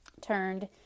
turned